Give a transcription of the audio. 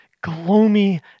gloomy